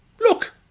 Look